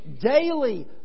daily